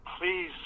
Please